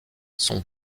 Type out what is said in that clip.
sont